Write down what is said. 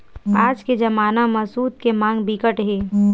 आज के जमाना म सूत के मांग बिकट हे